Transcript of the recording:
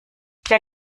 der